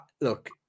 Look